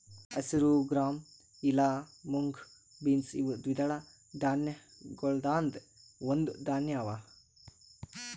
ಹಸಿರು ಗ್ರಾಂ ಇಲಾ mung beans ಇವು ದ್ವಿದಳ ಧಾನ್ಯಗೊಳ್ದಾಂದ್ ಒಂದು ಧಾನ್ಯ ಅವಾ